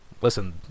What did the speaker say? listen